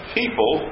people